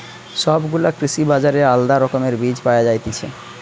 সব গুলা কৃষি বাজারে আলদা রকমের বীজ পায়া যায়তিছে